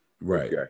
Right